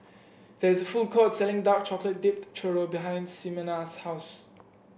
there is a food court selling Dark Chocolate Dipped Churro behind Ximena's house